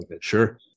Sure